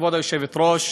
כבוד היושבת-ראש,